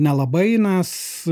nelabai nes